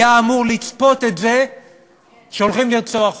היה אמור לצפות את זה שהולכים לרצוח אותו.